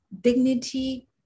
dignity